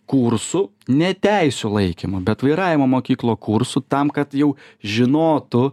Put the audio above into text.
kursu ne teisių laikymo bet vairavimo mokyklo kursų tam kad jau žinotų